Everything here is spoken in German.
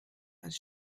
aus